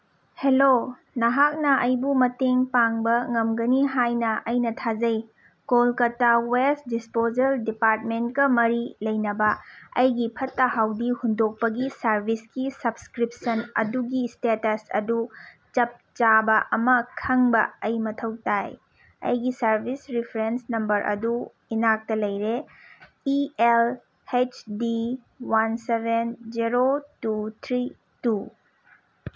hello ꯅꯍꯥꯛꯅ ꯑꯩꯕꯨ ꯃꯇꯦꯡ ꯄꯥꯡꯕ ꯉꯝꯒꯅꯤ ꯍꯥꯏꯅ ꯑꯩꯅ ꯊꯥꯖꯩ ꯀꯣꯜꯀꯇꯥ ꯋꯦꯁ ꯗꯤꯁꯄꯣꯖꯦꯜ ꯗꯤꯄꯥꯔꯠꯃꯦꯟꯀ ꯃꯔꯤ ꯂꯩꯅꯕ ꯑꯩꯒꯤ ꯐꯠꯇ ꯍꯥꯎꯗꯤ ꯍꯨꯟꯇꯣꯛꯄꯒꯤ ꯁꯥꯔꯚꯤꯁꯀꯤ ꯁꯞꯁꯀ꯭ꯔꯤꯞꯁꯟ ꯑꯗꯨꯒꯤ ꯏꯁꯇꯦꯇꯁ ꯑꯗꯨ ꯆꯞ ꯆꯥꯕ ꯑꯃ ꯈꯪꯕ ꯑꯩ ꯃꯊꯧ ꯇꯥꯏ ꯑꯩꯒꯤ ꯁꯥꯔꯚꯤꯁ ꯔꯤꯐ꯭ꯔꯦꯟꯁ ꯅꯝꯕꯔ ꯑꯗꯨ ꯏꯅꯥꯛꯇ ꯂꯩꯔꯦ E L H D one seven zero two three two